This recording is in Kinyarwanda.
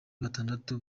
batandatu